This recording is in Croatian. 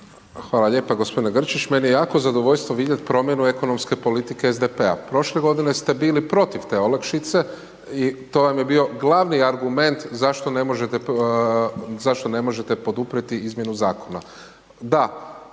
Hvala lijepa. Gospodine Grčić, meni je jako zadovoljstvo vidjeti promjenu ekonomske politike SDP-a. Prošle g. ste bili protiv te olakšice i to vam je bio glavni argument zašto ne možete poduprijeti izmjenu zakona.